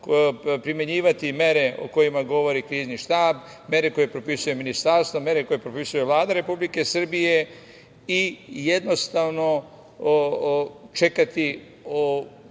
primenjivati mere o kojima govori Krizni štab, mere koje propisuje Ministarstvo, mere koje propisuje Vlada Republike Srbije i jednostavno čekati u